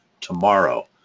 tomorrow